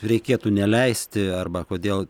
reikėtų neleisti arba kodėl